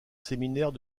séminaire